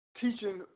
teaching